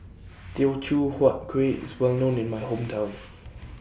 Teochew Huat Kueh IS Well known in My Hometown